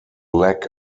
lack